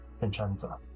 Vincenza